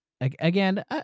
Again